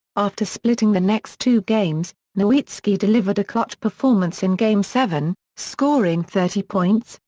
after splitting the next two games, nowitzki delivered a clutch performance in game seven, scoring thirty points,